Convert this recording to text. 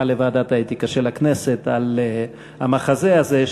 לוועדת האתיקה של הכנסת על המחזה הזה.